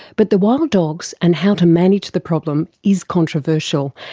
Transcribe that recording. but the wild dogs and how to manage the problem is controversial,